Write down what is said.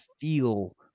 feel